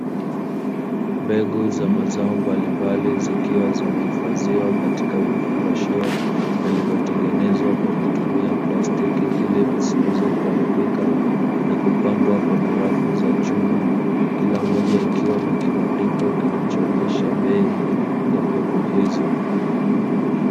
Mbegu za mazao mbalimbali zikiwa zimehifadhiwa katika vifungashio vilivyotengenezwa kwa kutumia plastiki ili visiweze kuharibika na kupangwa kwenye rafu za chuma, kila moja ikiwa na kibandiko kinachoonyesha bei ya mbegu hizo.